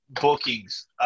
bookings